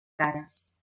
cares